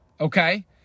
Okay